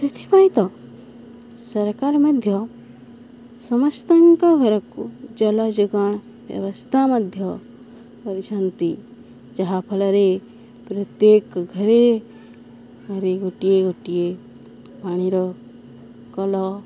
ସେଥିପାଇଁ ତ ସରକାର ମଧ୍ୟ ସମସ୍ତଙ୍କ ଘରକୁ ଜଳ ଯୋଗାଣ ବ୍ୟବସ୍ଥା ମଧ୍ୟ କରିଛନ୍ତି ଯାହାଫଳରେ ପ୍ରତ୍ୟେକ ଘରେ ଘରେ ଗୋଟିଏ ଗୋଟିଏ ପାଣିର କଳ